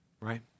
right